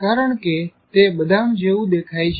કારણ કે તે બદામ જેવું દેખાય છે